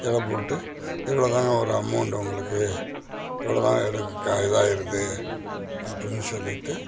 எடை போட்டு இவ்வளோ தாங்க வரும் அமௌண்ட்டு உங்களுக்கு இவ்வளோ தாங்க எடை கா இதாக ஆயிருது அப்புடின்னு சொல்லிட்டு